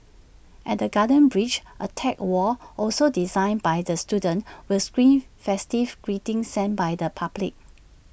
at the garden bridge A tech wall also designed by the students will screen festive greetings sent by the public